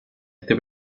este